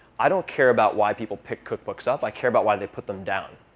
i don't care about why people pick cookbooks up. i care about why they put them down.